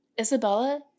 Isabella